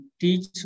teach